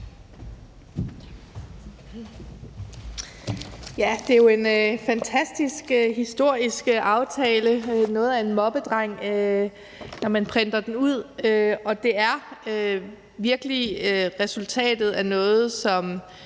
Det er jo en fantastisk, historisk aftale, noget af en moppedreng, når man printer den ud, og det er virkelig resultatet af noget, som